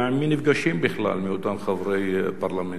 אלא עם מי נפגשים בכלל מאותם חברי פרלמנט.